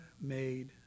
made